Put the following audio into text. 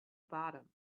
bottom